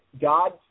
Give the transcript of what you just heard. God